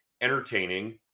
entertaining